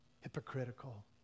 hypocritical